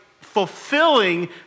fulfilling